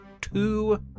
two